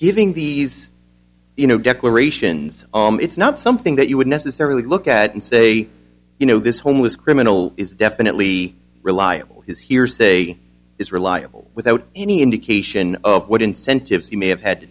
giving these you know declarations it's not something that you would necessarily look at and say you know this homeless criminal is definitely reliable his hearsay is reliable without any indication of what incentives he may have had to